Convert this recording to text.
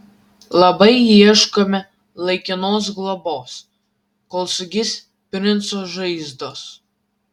labai ieškome laikinos globos kol sugis princo žaizdos